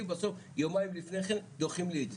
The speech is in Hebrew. ובסוף יומיים לפני כן דוחים לי את זה.